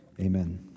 amen